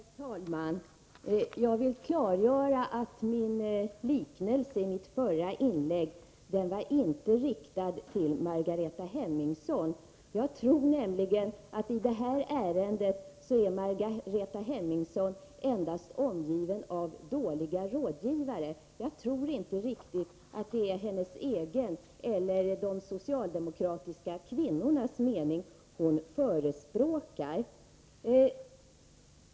Herr talman! Jag vill klargöra att liknelsen i mitt förra inlägg inte var riktad till Margareta Hemmingsson. Jag tror nämligen att det endast är så att Margareta Hemmingsson i detta ärende är omgiven av dåliga rådgivare. Jag tror inte riktigt att det är hennes egen eller de socialdemokratiska kvinnornas mening som hon för fram.